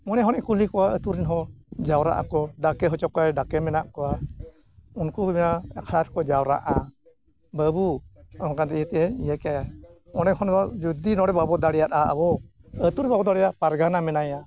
ᱢᱚᱬᱮ ᱦᱚᱲᱮ ᱠᱩᱞᱤ ᱠᱚᱣᱟ ᱟᱹᱛᱩ ᱨᱮᱱ ᱦᱚᱸ ᱡᱟᱣᱨᱟᱜ ᱟᱠᱚ ᱰᱟᱠᱮ ᱦᱚᱪᱚ ᱠᱚᱣᱟᱭ ᱰᱟᱠᱮ ᱢᱮᱱᱟᱜ ᱠᱚᱣᱟ ᱩᱱᱠᱩ ᱦᱚᱸ ᱱᱚᱣᱟ ᱟᱠᱷᱲᱟ ᱛᱮᱠᱚ ᱡᱟᱣᱨᱟᱜᱼᱟ ᱵᱟᱹᱵᱩ ᱱᱚᱝᱠᱟᱱ ᱤᱭᱟᱹ ᱜᱮ ᱤᱭᱟᱹ ᱠᱟᱭᱟ ᱚᱸᱰᱮ ᱠᱷᱚᱱ ᱡᱩᱫᱤ ᱵᱟᱵᱚᱱ ᱫᱟᱲᱮᱭᱟᱜᱼᱟ ᱟᱵᱚ ᱟᱹᱛᱩ ᱨᱮ ᱵᱟᱵᱚ ᱫᱟᱲᱮᱭᱟᱜᱼᱟ ᱯᱟᱨᱜᱟᱱᱟ ᱢᱮᱱᱟᱭᱟ